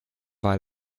war